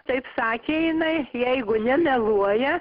taip sakė jinai jeigu nemeluoja